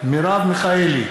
מרב מיכאלי,